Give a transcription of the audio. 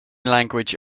language